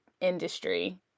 industry